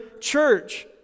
church